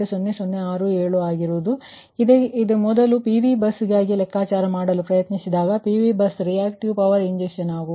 ಆದ್ದರಿಂದ ಮೊದಲು PV ಬಸ್ಗಾಗಿ ಲೆಕ್ಕಾಚಾರ ಮಾಡಲು ಪ್ರಯತ್ನಿಸಿದಾಗ PV bus reactive power injection ಆಗುವುದು